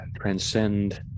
transcend